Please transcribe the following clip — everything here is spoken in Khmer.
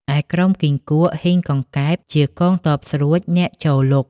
ឯក្រុមគីង្គក់ ហ៊ីង កង្កែប ជាទ័ពស្រួចអ្នកចូលលុក។